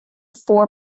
four